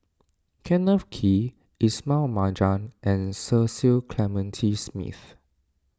Kenneth Kee Ismail Marjan and Cecil Clementi Smith